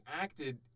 acted